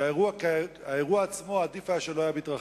שהאירוע עצמו, עדיף היה שלא היה מתרחש.